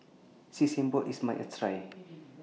Sesame Balls IS A must Try